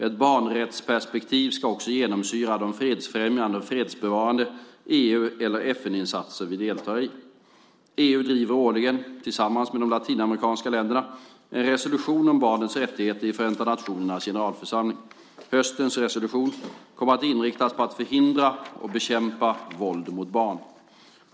Ett barnrättsperspektiv ska också genomsyra de fredsfrämjande och fredsbevarande EU eller FN-insatser vi deltar i. EU driver årligen, tillsammans med de latinamerikanska länderna, en resolution om barnets rättigheter i Förenta nationernas generalförsamling. Höstens resolution kommer att inriktas på att förhindra och bekämpa våld mot barn.